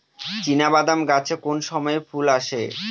চিনাবাদাম গাছে কোন সময়ে ফুল আসে?